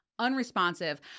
unresponsive